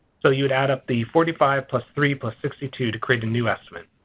so you would add up the forty five plus three plus sixty two to create a new estimate.